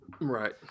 Right